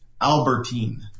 Albertine